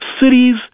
cities